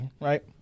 Right